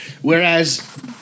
Whereas